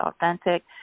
authentic